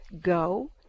go